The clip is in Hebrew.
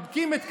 מחבקים את קריב,